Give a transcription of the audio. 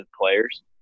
players